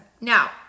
Now